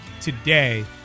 today